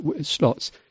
slots